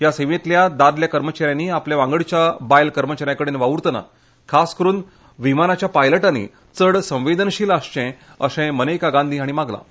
ह्या सेवेंतल्या दादल्या कर्मच्याऱ्यांनी आपल्या वांगडच्या बायल कर्मच्याऱ्यांकडेन वावुरतनां खास करून विमानाच्या पायलटांनी चड संवेदनशील आसचें अशें मनेका गांधी हांणी मागलां